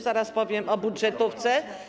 Zaraz powiem o budżetówce.